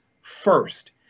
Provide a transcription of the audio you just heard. first